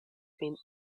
been